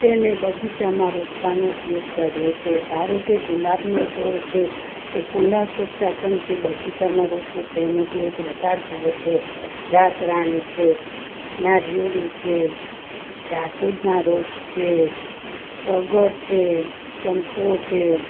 તેને બગીચામાં રોપવાનો ઉપયોગ કર્યો છે ધારો કે ગુલાબનો છોડ છે એ કુંડા કરતાં પણ તે બગીચામા રોપો તો એનો ગ્રોથ વધાર થાય છે રાતરાણી છે નારિયોળી છે જાસૂદના રોપ જે ટગર છે ચંપો છે